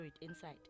inside